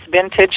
vintage